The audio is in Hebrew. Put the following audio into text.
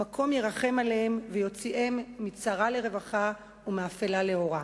המקום ירחם עליהם ויוציאם מצרה לרווחה ומאפלה לאורה".